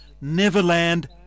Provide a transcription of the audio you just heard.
Neverland